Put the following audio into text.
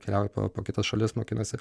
keliauja po po kitas šalis mokinasi